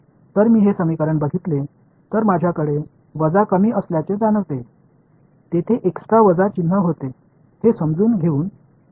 तर मी हे समीकरण बघितले तर माझ्याकडे वजा कमी असल्याचे जाणवतेय तेथे एक्सट्रा वजा चिन्ह होते हे समजून घेऊया